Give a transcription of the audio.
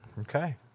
Okay